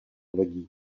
lodí